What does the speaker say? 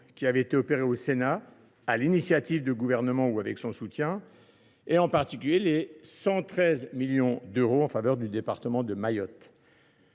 qui avaient été opérées au Sénat sur l’initiative du Gouvernement ou avec son soutien, en particulier les 113 millions d’euros en faveur du département de Mayotte.